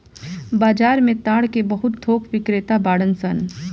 बाजार में ताड़ के बहुत थोक बिक्रेता बाड़न सन